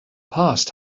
past